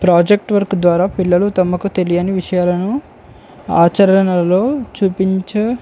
project work ద్వారా పిల్లలు తమకు తెలియని విషయాలను ఆచరణలో చూపించ